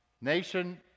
Nation